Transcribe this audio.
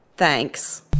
Thanks